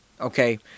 okay